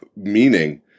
meaning